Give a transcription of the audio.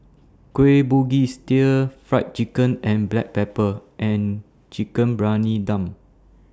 Kueh Bugis Stir Fried Chicken and Black Pepper and Chicken Briyani Dum